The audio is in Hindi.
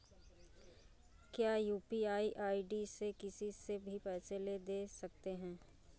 क्या यू.पी.आई आई.डी से किसी से भी पैसे ले दे सकते हैं?